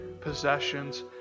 possessions